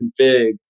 Config